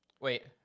Wait